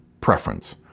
Preference